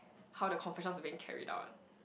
how the confession was being carried out